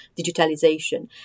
digitalization